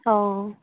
অ'